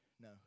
No